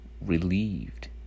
relieved